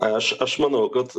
aš aš manau kad